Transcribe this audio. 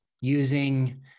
using